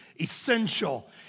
essential